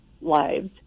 lives